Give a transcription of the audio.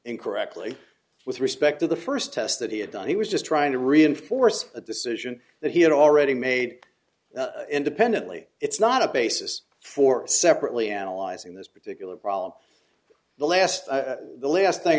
incorrectly with respect to the first test that he had done he was just trying to reinforce a decision that he had already made independently it's not a basis for separately analyzing this particular problem the last the last thing